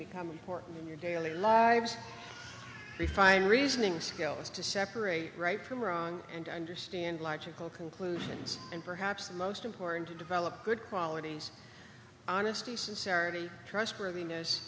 become important in your daily lives if i had reasoning skills to separate right from wrong and understand logical conclusions and perhaps most important to develop good qualities honesty sincerity trustworthiness